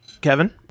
Kevin